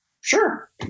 sure